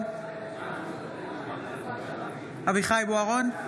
אברהם בוארון,